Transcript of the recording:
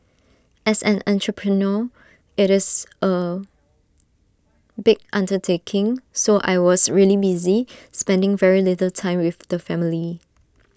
as an entrepreneur IT is A big undertaking so I was really busy spending very little time with the family